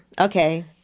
Okay